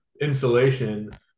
insulation